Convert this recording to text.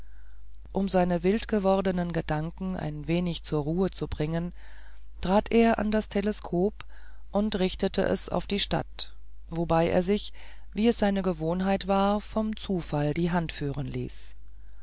um seine wildgewordenen gedanken ein wenig zur ruhe zu bringen trat er an das teleskop und richtete es auf die stadt wobei er sich wie es seine gewohnheit war vom zufall die hand führen ließ